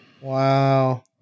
Wow